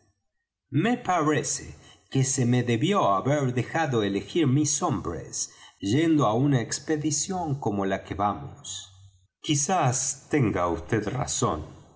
me parece que se me debió haber dejado elegir mis hombres yendo á una expedición como la que vamos quizás tenga vd razón